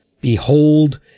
Behold